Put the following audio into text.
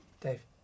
Dave